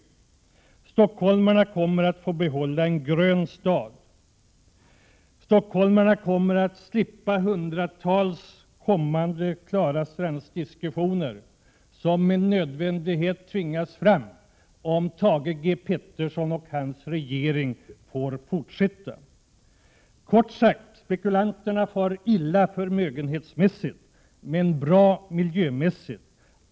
Stockholmarna får behålla en grön stad. De slipper hundratals kommande Klara Strands-diskussioner som med nödvändighet tvingas fram om Thage G Peterson tillsammans med regeringen får fortsätta att föra sin politik. Kort sagt, spekulanterna far illa förmögenhetsmässigt, men de får det Prot. 1987/88:127 bra miljömässigt.